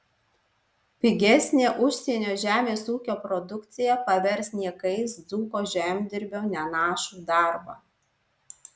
pigesnė užsienio žemės ūkio produkcija pavers niekais dzūko žemdirbio nenašų darbą